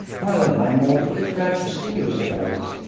well, i'm awfully glad to see you, said alice.